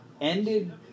ended